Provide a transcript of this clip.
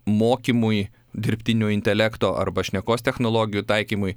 mokymui dirbtinio intelekto arba šnekos technologijų taikymui